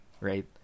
Right